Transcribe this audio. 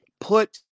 put